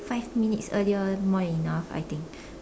five minutes earlier more than enough I think